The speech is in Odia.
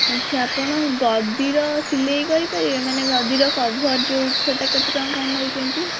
ଆଚ୍ଛା ଆପଣ ଗଦିର ସିଲାଇ କରିପାରିବେ ମାନେ ଗଦିର କଭର ଯେଉଁ ସେଇଟା କେତେ ଟଙ୍କା କ'ଣ ନେଉଛନ୍ତି